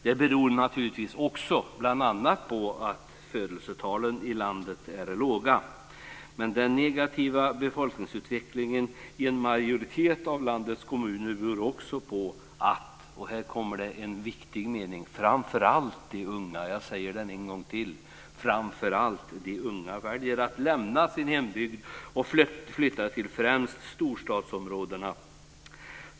Det beror naturligtvis också bl.a. på att födelsetalen i landet är låga. Men den negativa befolkningsutvecklingen i en majoritet av landets kommuner beror också på att - här kommer något viktigt - framför allt de unga väljer att lämna sin hembygd och flytta till främst storstadsområdena.